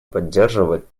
поддерживать